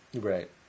Right